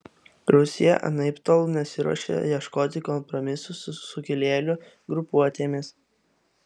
rusija anaiptol nesiruošia ieškoti kompromisų su sukilėlių grupuotėmis